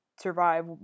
survive